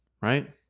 right